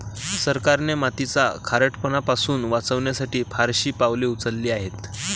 सरकारने मातीचा खारटपणा पासून वाचवण्यासाठी फारशी पावले उचलली आहेत